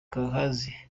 kankazi